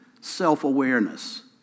self-awareness